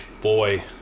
boy